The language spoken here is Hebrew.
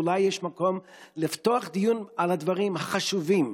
ואולי יש מקום לפתוח דיון על הדברים החשובים.